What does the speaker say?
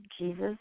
Jesus